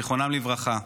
זיכרונם לברכה,